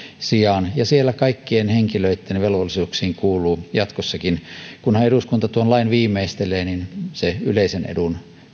sijaan ja siellä kaikkien henkilöitten velvollisuuksiin kuuluu jatkossakin kunhan eduskunta lain viimeistelee yleisen edun